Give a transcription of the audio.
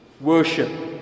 Worship